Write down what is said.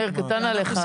מאיר, קטן עליך.